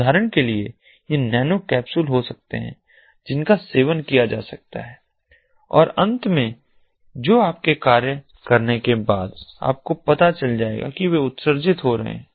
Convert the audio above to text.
उदाहरण के लिए ये नैनो कैप्सूल हो सकते हैं जिनका सेवन किया जा सकता है और अंत में जो आपके कार्य करने के बाद आपको पता चल जाएगा कि वे उत्सर्जित हो रहे हैं